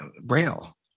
braille